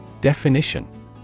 Definition